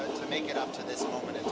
to make it up to this moment in